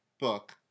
book